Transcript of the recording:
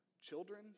children